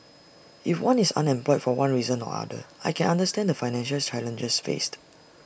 if one is unemployed for one reason or other I can understand the financial challenges faced